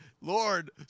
Lord